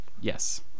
Yes